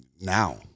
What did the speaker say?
now